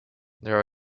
there